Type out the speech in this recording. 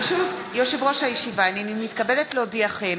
ברשות יושב-ראש הישיבה, הנני מתכבדת להודיעכם,